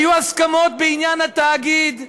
היו הסכמות בעניין התאגיד.